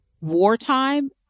wartime